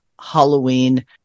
Halloween